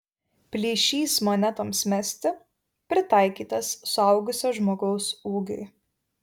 plyšys monetoms mesti pritaikytas suaugusio žmogaus ūgiui